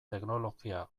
teknologia